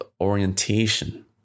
orientation